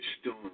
storm